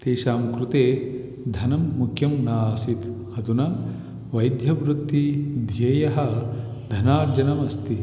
तेषां कृते धनं मुख्यं न आसीत् अधुना वैद्यवृत्तेः ध्येयः धनार्जनम् अस्ति